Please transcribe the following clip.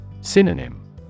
Synonym